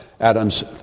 Adam's